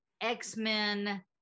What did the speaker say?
X-Men